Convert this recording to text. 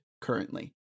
currently